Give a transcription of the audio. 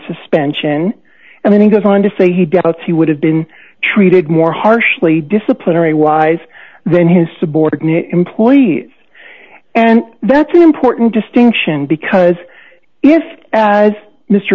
suspension and he goes on to say he doubts he would have been treated more harshly disciplinary wise then his subordinate employees and that's an important distinction because if as mr